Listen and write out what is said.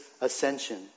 ascension